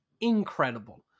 incredible